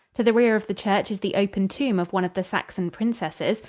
to the rear of the church is the open tomb of one of the saxon princesses,